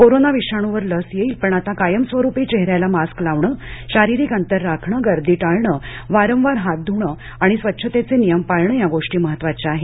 corona विषाणूवर लस येईलपण आता कायमस्वरूपी चेहऱ्याला मास्क लावणं शारीरिक अंतर राखणं गर्दी टाळणं वारंवार हात ध्णं आणि स्वच्छतेचे नियम पाळणं या गोष्टी महत्वाच्या आहेत